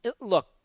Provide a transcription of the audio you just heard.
look